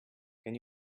can